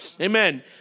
Amen